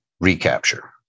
recapture